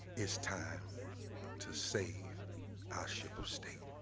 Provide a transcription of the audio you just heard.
it's time to save our ship of state.